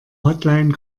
hotline